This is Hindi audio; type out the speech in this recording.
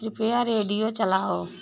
कृपया रेडियो चलाओ